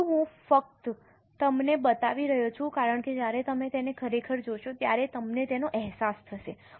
પરંતુ હું ફક્ત તમને બતાવી રહ્યો છું કારણ કે જ્યારે તમે તેને ખરેખર જોશો ત્યારે તમને તેનો અહેસાસ થશે